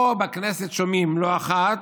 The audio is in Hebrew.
פה בכנסת שומעים לא אחת,